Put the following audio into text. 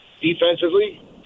Defensively